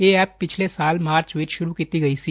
ਇਹ ਐਪ ਪਿਛਲੇ ਸਾਲ ਮਾਰਚ ਵਿਚ ਸੁਰੂ ਕੀਤੀ ਗਈ ਸੀ